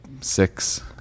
six